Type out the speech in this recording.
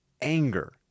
anger